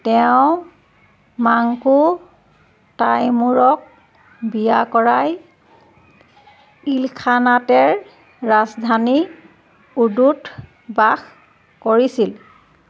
তেওঁ মাংকু তাইমুৰক বিয়া কৰাই ইলখানাতেৰ ৰাজধানী উৰ্দুত বাস কৰিছিল